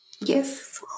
Yes